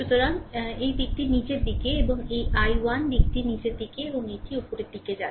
সুতরাং দিকটি নীচের দিকে এবং এই I1 দিকটি নীচের দিকে এবং এটি উপরের দিকে যাচ্ছে